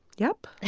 yep.